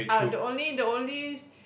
I will the only the only